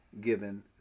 given